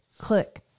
Click